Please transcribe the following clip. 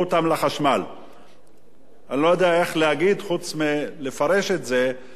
אני לא יודע איך להגיד חוץ מלפרש את זה כחוסר רצון של הממשלה,